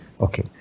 Okay